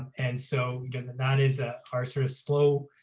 and so that is ah our sort of slow